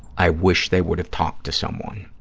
i wish they would have talked to someone,